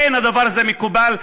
אין הדבר הזה מקובל,